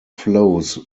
flows